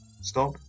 Stop